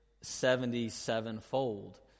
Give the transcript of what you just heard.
seventy-sevenfold